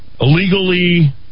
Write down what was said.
illegally